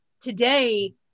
today